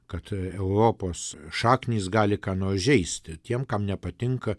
kad europos šaknys gali ką nors žeisti tiem kam nepatinka